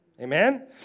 Amen